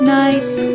nights